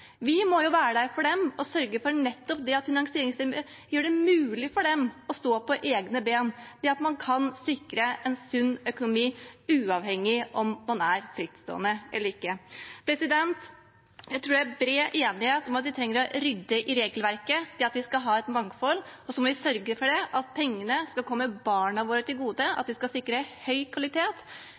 Vi må være der for dem og sørge for nettopp finansiering som gjør det mulig for dem å stå på egne ben – det at man kan sikre en sunn økonomi uavhengig av om man er frittstående eller ikke. Jeg tror det er bred enighet om at vi trenger å rydde i regelverket, og at vi skal ha et mangfold. Så må vi sørge for at pengene skal komme barna våre til gode, at vi skal sikre høy kvalitet.